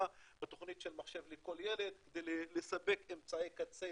ותוכנית של מחשב לכל ילד כדי לספק אמצעי קצה